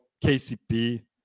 KCP